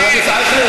חבר הכנסת אייכלר,